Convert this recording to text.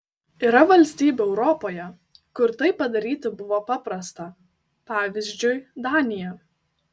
yra valstybių europoje kur tai padaryti buvo paprasta pavyzdžiui danija